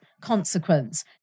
consequence